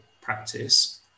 practice